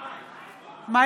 נגד איתן גינזבורג, בעד